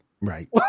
Right